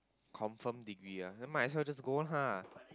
confirm degree ah then might as well just go on lah